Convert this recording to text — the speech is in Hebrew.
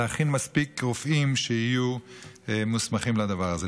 להכין מספיק רופאים שיהיו מוסמכים לדבר הזה.